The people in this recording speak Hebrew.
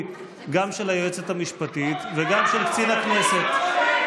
גם של היועצת המשפטית וגם של קצין הכנסת.